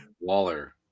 Waller